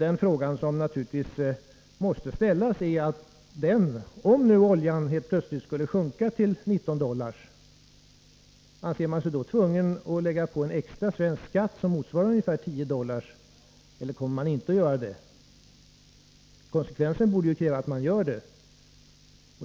En fråga som naturligtvis måste ställas är denna: Om nu oljepriset helt plötsligt skulle sjunka till 19 dollar, anser man sig då tvungen att lägga på en extra svensk skatt som motsvarar ungefär 10 dollar, eller kommer man inte att göra det? Konsekvensen borde kräva att man gör det.